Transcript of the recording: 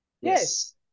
Yes